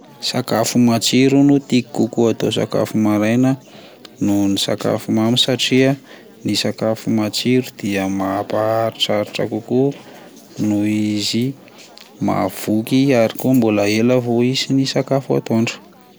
Sakafo matsiro no tiako kokoa atao sakafo maraina noho ny sakafo mamy satria ny sakafo matsiro dia mampaharitraritra kokoa noho izy mahavoky ary koa mbola ela vo hisy ny sakafo atoandro.